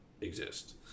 exist